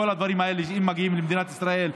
כל הדברים האלה שמגיעים למדינת ישראל,